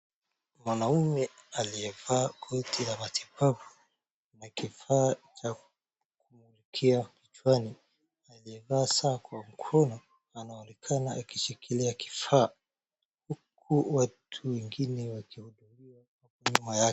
Mwanamume aliyevaa koti ya matibabu na kifaa cha kumulikia kichwani. Aliyevaa saa kwa mkono anaonekana akishikilia kifaa. Huku watu wengine wakihudumiwa nyuma ya.